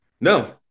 No